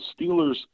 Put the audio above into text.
Steelers